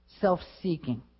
self-seeking